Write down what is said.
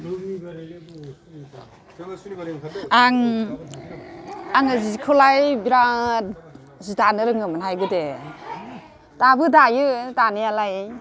आं आङो जिखौलाय बिराद जि दानो रोङोमोनहाय गोदो दाबो दायो दानायालाय